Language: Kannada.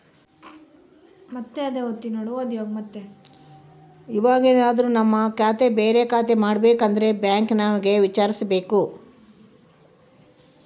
ಇವಾಗೆನದ್ರು ನಮ್ ಖಾತೆ ಬೇರೆ ಖಾತೆ ಮಾಡ್ಬೇಕು ಅಂದ್ರೆ ಬ್ಯಾಂಕ್ ಅವ್ರಿಗೆ ವಿಚಾರ್ಸ್ಬೇಕು